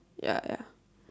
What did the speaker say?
ya ya